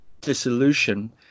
Dissolution